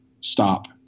stop